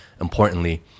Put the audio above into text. importantly